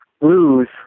lose